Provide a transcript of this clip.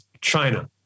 China